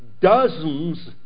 dozens